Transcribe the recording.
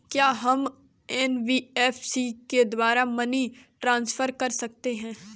क्या हम एन.बी.एफ.सी के द्वारा मनी ट्रांसफर कर सकते हैं?